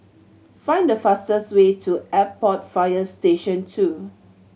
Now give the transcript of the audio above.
find the fastest way to Airport Fire Station Two